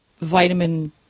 vitamin